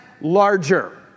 larger